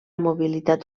mobilitat